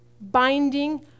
binding